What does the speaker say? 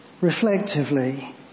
reflectively